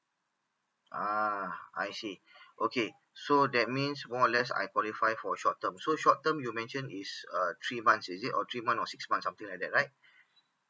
ah I see okay so that means more or less I qualify for short term so short term you mention is uh three months is it or three months or six months something like that right